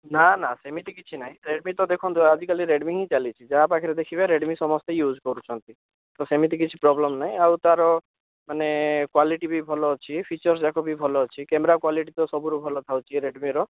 ନା ନା ସେମିତି କିଛି ନାହିଁ ରେଡ଼ମି ତ ଦେଖନ୍ତୁ ଆଜିକାଲି ରେଡ଼ମି ହିଁ ଚାଲିଛି ଯାହା ପାଖରେ ଦେଖିବେ ରେଡ଼ମି ସମସ୍ତେ ୟୁଜ୍ କରୁଛନ୍ତି ତ ସେମିତି କିଛି ପ୍ରୋବ୍ଲେମ୍ ନାହିଁ ଆଉ ତା'ର ମାନେ କ୍ଵାଲିଟି ବି ଭଲ ଅଛି ଫିଚର୍ସ ଜାକ ବି ଭଲ ଅଛି କ୍ୟାମେରା କ୍ଵାଲିଟି ବି ସବୁଠୁ ଭଲ ଥାଉଛି ରେଡ଼ମିର